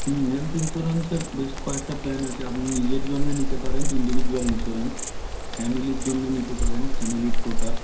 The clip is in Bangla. হোম হেলথ ইন্সুরেন্স বেশ কয়েকটা প্ল্যান আছে আপনি নিজের জন্যে নিতে পারেন ইন্ডিভিজুয়াল ইন্সুরেন্স ফ্যামিলির জন্যে নিতে পারেন ফ্যামিলি ফ্লোটার